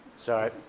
sorry